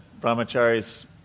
brahmacharis